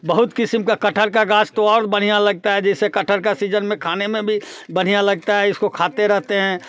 बहुत किस्म का कटहल का गाछ तो और बढ़िया लगता है जैसे कटहल का सीजन में खाने में भी बढ़िया लगता है इसको खाते रहते हैं